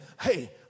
hey